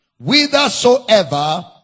whithersoever